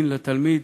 win לתלמיד,